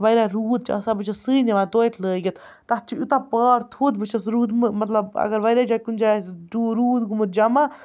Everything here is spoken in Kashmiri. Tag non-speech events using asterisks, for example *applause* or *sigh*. واریاہ روٗد چھِ آسان بہٕ چھَس سۭتۍ نِوان توتہِ لٲگِتھ تَتھ چھِ یوٗتاہ پار تھوٚد بہٕ چھَس روٗدٕ مطلب اگر واریاہ جاے کُنہِ جاے آسہِ *unintelligible* روٗد گوٚمُت جمع